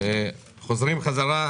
חוזרים חזרה.